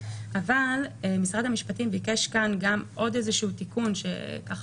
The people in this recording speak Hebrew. אבל משרד המשפטים ביקש כאן עוד תיקון שצריך